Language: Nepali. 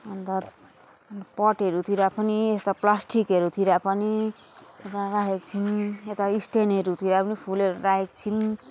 अन्त पटहरूतिर पनि यस्ता प्लास्टिकहरूतिर पनि अब राखेको छौँ यता स्ट्यान्डहरूतिर पनि फुलहरू राखेको छौँ